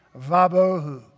vabohu